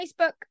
Facebook